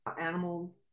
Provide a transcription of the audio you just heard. animals